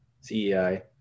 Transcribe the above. CEI